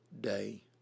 day